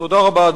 תודה רבה,